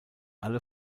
alle